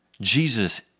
Jesus